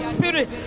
Spirit